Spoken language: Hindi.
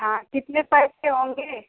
हाँ कितने पैसे होंगे